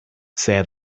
said